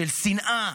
של שנאה.